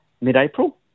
mid-April